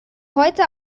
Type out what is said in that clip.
heute